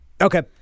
Okay